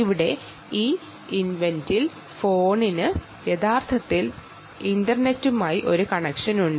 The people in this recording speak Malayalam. ഇവിടെ ഈ ഇവന്റിൽ ഫോണിന് യഥാർത്ഥത്തിൽ ഇന്റർനെറ്റുമായി ഒരു കണക്ഷനുണ്ട്